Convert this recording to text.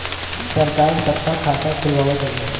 सरकार सबका खाता खुलवावत हउवे